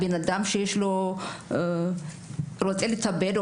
בן אדם שרוצה להתאבד,